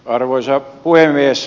arvoisa puhemies